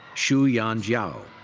xuyan jiao.